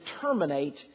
terminate